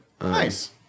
Nice